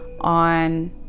on